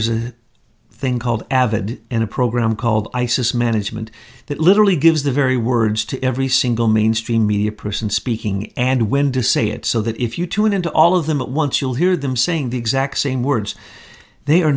is a thing called avid in a program called isis management that literally gives the very words to every single mainstream media person speaking and when to say it so that if you tune into all of them at once you'll hear them saying the exact same words they are